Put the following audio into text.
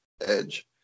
edge